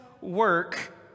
work